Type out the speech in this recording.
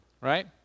right